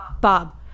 Bob